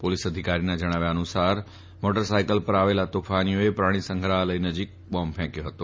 police અધિકારીના જણાવ્યા અનુસાર મોટર સાથકલ પર આવેલા તોફાનીઓને પ્રાણી સંગ્રફાલય વિસ્તારમાં બોંબ ફેંક્યો ફતો